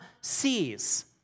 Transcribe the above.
sees